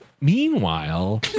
meanwhile